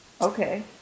okay